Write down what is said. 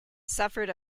suffered